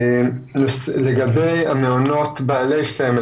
לגבי המעונות בעלי סמל,